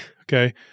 okay